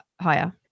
higher